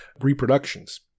reproductions